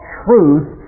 truth